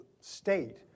state